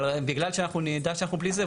אבל בגלל שאנחנו נדע שאנחנו בלי זה,